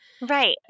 Right